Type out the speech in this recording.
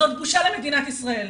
זאת בושה למדינת ישראל.